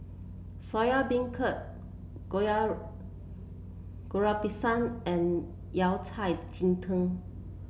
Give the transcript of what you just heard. Soya Beancurd Goreng Pisang and Yao Cai Ji Tang